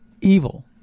evil